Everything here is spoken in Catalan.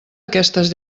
aquestes